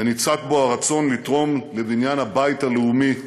וניצת בו הרצון לתרום לבניין הבית הלאומי בחקלאות,